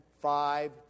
five